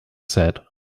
said